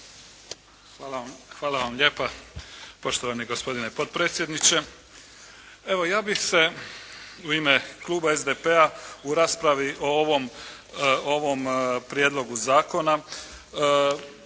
Hvala vam lijepa poštovani gospodine potpredsjedniče. Evo ja bih se u ime Kluba SDP-a u raspravi o ovom Prijedlogu zakona